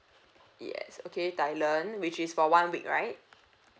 yes okay thailand which is for one week right